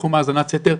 תחום האזנת סתר,